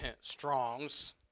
strongs